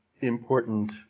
important